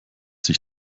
sich